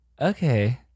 okay